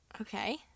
okay